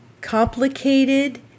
complicated